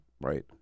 right